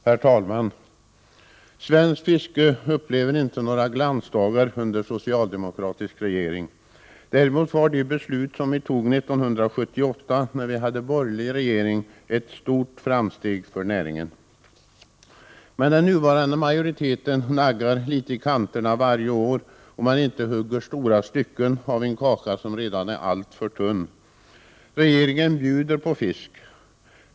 Herr talman! Svenskt fiske upplever inte några glansdagar under socialdemokratisk regering. Däremot var de beslut som fattades 1978, när vi hade borgerlig regering, ett stort framsteg för näringen. Den nuvarande majoriteten naggar litet i kanterna varje år, om den inte hugger stora stycken av en kaka som redan är alltför tunn. Regeringen bjuder på fisk.